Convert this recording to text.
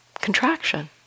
contraction